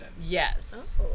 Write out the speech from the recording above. Yes